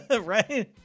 Right